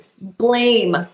blame